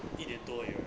一年多而已 right